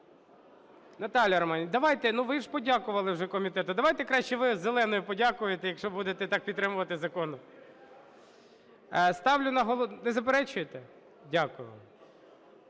Наталія Романівна, давайте, ну ви ж подякували вже комітету. Давайте краще ви зеленою подякуєте, якщо будете так підтримувати закон. Не заперечуєте? Дякую